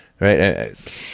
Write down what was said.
Right